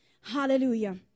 Hallelujah